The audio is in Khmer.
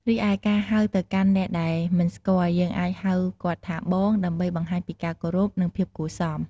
រីឯការហៅទៅកាន់អ្នកដែលមិនស្គាល់យើងអាចហៅគាត់ថាបង ដើម្បីបង្ហាញពីការគោរព និងភាពគួរសម។